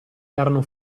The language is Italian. erano